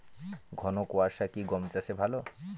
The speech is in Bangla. ঘন কোয়াশা কি গম চাষে ভালো?